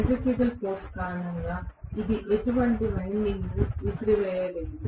centrifugal force కారణంగా ఇది ఎటువంటి వైండింగ్ను విసిరివేయదు